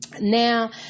now